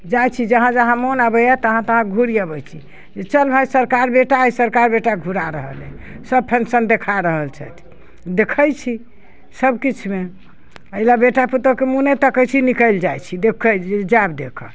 जाइ छी जहाँ जहाँ मोन अबैए तहाँ तहाँ घुरि अबै छी जे चल भाइ सरकार बेटा अइ सरकार बेटा घुरा रहल अइ सब फँक्शन देखा रहल छथि देखै छी सबकिछुमे एहिलए बेटा पुतौहुके मुँह नहि तकै छी निकलि जाइ छी देखिकऽ आबि जाइ छी जाएब देखऽ